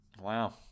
Wow